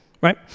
right